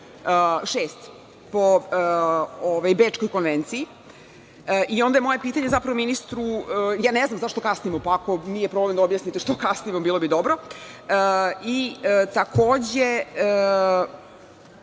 po Bečkoj konvenciji. Onda je moje pitanje zapravo ministru, ne znam zašto kasnimo, pa ako nije problem da objasnite zašto kasnimo, bilo bi dobro. Takođe